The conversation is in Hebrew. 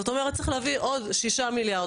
זאת אומרת צריך להביא עוד 6 מיליארד,